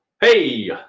Hey